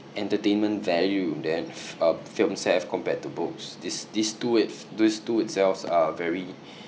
entertainment value that uh films have compared to books this these two it~ these two itselves are very